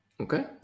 Okay